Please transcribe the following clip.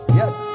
yes